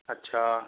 अच्छा